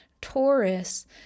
Taurus